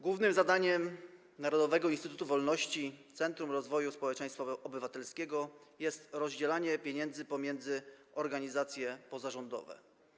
Głównym zadaniem Narodowego Instytutu Wolności - Centrum Rozwoju Społeczeństwa Obywatelskiego jest rozdzielanie pieniędzy pomiędzy organizacje pozarządowe.